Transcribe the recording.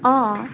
অ' অ'